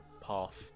path